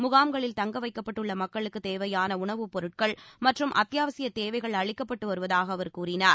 முகாம்களில் தங்க வைக்கப்பட்டுள்ள மக்களுக்குத் தேவையான உணவுப் பொருட்கள் மற்றும் அத்தியாவசியத் தேவைகள் அளிக்கப்பட்டு வருவதாக அவர் கூறினார்